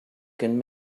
can